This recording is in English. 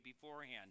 beforehand